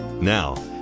Now